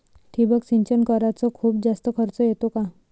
ठिबक सिंचन कराच खूप जास्त खर्च येतो का?